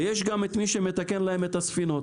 ויש גם את מי שמתקן להם את הספינות,